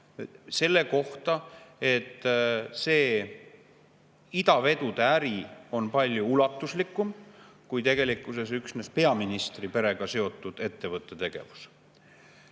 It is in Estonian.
selle kohta, et idavedude äri on palju ulatuslikum kui üksnes peaministri perega seotud ettevõtte tegevus